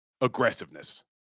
Aggressiveness